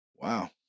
Wow